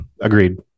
agreed